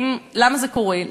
למה זה קורה?